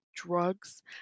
Drugs